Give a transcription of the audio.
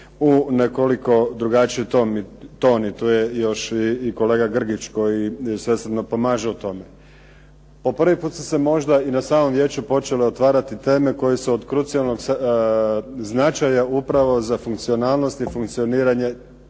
u nekoliko drugačiji ton. I tu je još kolega Grgić koji svesrdno pomaže u tome. Po prvi puta su se možda i na samom vijeću počele otvarati teme koje su od krucijalnog značaj upravo za funkcionalnost i funkcioniranje